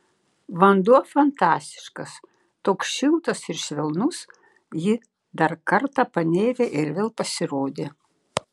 vanduo fantastiškas toks šiltas ir švelnus ji dar kartą panėrė ir vėl pasirodė